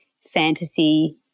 fantasy